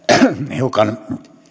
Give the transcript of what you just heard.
hiukan